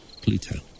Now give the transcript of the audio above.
Pluto